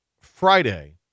Friday